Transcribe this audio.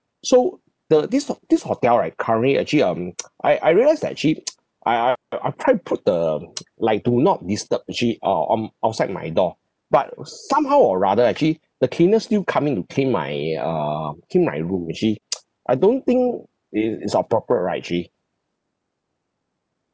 so the this hot~ this hotel right currently actually um I I realise that actually I I I've try to put the like do not disturb actually uh on outside my door but uh somehow or rather actually the cleaners still coming to clean my um clean my room actually I don't think it is appropriate right actually